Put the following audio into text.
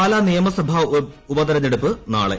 പാലാ നിയമസഭാ ഉപ്പ്തെരഞ്ഞെടുപ്പ് നാളെ